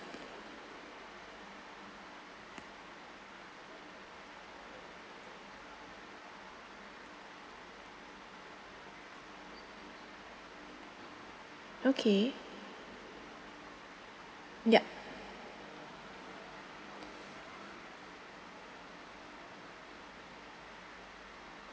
okay yup